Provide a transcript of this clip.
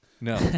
No